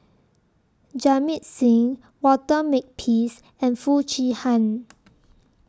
Jamit Singh Walter Makepeace and Foo Chee Han